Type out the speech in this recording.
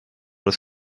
das